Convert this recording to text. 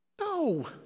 No